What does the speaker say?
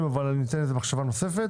אבל אני רוצה לתת לזה מחשבה נוספת.